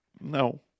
No